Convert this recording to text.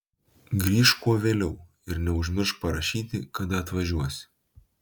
grįžk kuo vėliau ir neužmiršk parašyti kada atvažiuosi